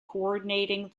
coordinating